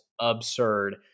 absurd